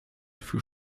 für